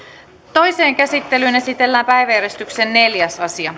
toiseen käsittelyyn esitellään päiväjärjestyksen neljäs asia